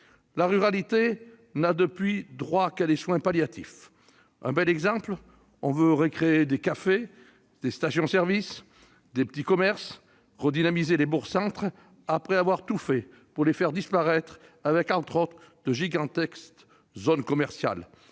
la ruralité n'a droit qu'à des soins palliatifs. Un bel exemple : on veut recréer des cafés, des stations-service, des petits commerces et redynamiser les bourgs-centres, après avoir tout fait pour les faire disparaître avec, entre autres, de gigantesques zones commerciales.